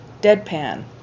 deadpan